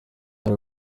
hari